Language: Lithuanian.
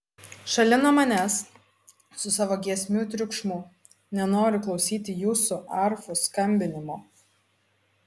šalin nuo manęs su savo giesmių triukšmu nenoriu klausyti jūsų arfų skambinimo